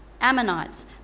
Ammonites